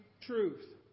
truth